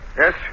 Yes